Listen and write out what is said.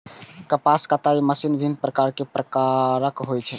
कपास कताइ मशीन विभिन्न आकार प्रकारक होइ छै